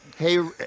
Hey